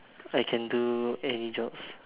I can do any jobs